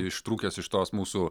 ištrūkęs iš tos mūsų